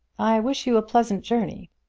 i wish you a pleasant journey.